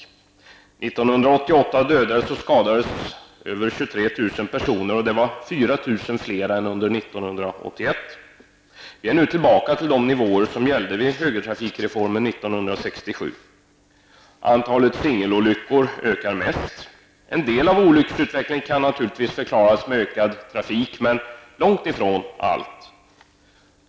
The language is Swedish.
1988 dödades och skadades över 23 000 personer, och det var 4 000 fler än under 1981. Vi är nu tillbaka på de nivåer som gällde vid högertrafikreformens genomförande 1967. Antalet singelolyckor ökar mest. En del av, men långtifrån hela, olycksutvecklingen förklaras naturligtvis av den ökade trafiken.